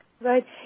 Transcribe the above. Right